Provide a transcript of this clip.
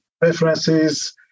preferences